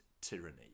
tyranny